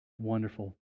wonderful